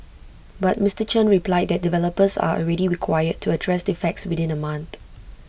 but Mister Chen replied that developers are already required to address defects within A month